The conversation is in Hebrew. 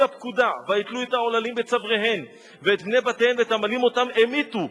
הפקודה ויתלו את העוללים בצוואריהן ואת בני בתיהן ואת המלים אותם המיתו.